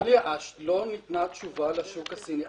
אדוני, לא ניתנה תשובה לשוק הסיני.